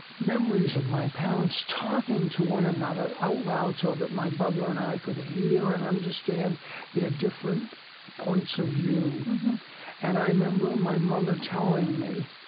memories of my parents talking to one another out loud so that my brother and i could hear and understand their different points of view and i remember my mother telling me,